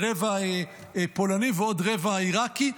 רבע פולני ועוד רבע עיראקי,